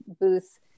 booth